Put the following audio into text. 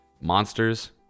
monsters